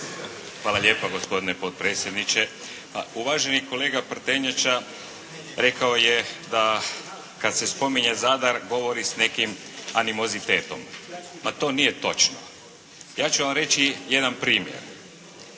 Hvala lijepo gospodine potpredsjedniče. Uvaženi kolega Prtenjača rekao je da kad se spominje Zadar govori s nekim animozitetom. To nije točno. Ja ću vam reći jedan primjer.